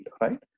right